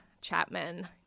Chapman